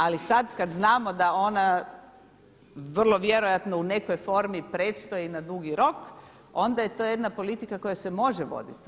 Ali sada kada znamo da ona vrlo vjerojatno u nekoj formi predstoji na dugi rok, onda je to jedna politika koja se može voditi.